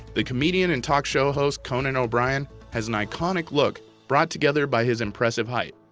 the comedian and talk show host conan o'brien has an iconic look brought together by his impressive height.